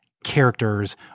characters